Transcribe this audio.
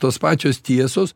tos pačios tiesos